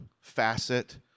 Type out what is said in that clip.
facet